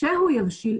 כשהוא יבשיל,